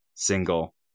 single